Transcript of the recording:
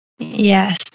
Yes